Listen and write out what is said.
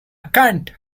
can’t